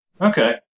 Okay